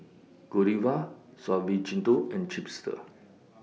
Godiva Suavecito and Chipster